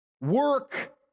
Work